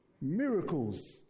miracles